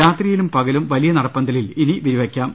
രാത്രിയിലും പകലും വലിയ നടപ്പന്ത ലിൽ ഇനി വിരിവെക്കാം